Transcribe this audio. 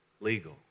legal